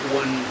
one